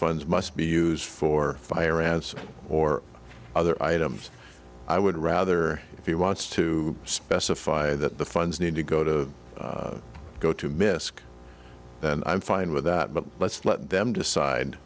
funds must be used for fire ants or other items i would rather if he wants to specify that the funds need to go to go to misc then i'm fine with that but let's let them decide